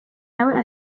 nawe